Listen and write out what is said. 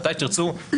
מתי שתרצו,